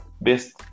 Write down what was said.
best